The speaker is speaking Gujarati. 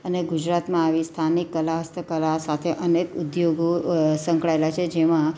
અને ગુજરાતમાં આવી સ્થાનિક કલા હસ્તકલા સાથે અનેક ઉદ્યોગો સંકળાએલા છે જેમાં